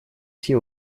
все